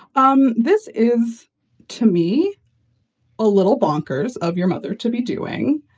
um this is to me a little bonkers of your mother to be doing.